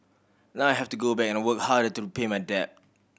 now I have to go back and work harder to repay my debt